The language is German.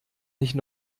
nicht